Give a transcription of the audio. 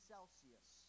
Celsius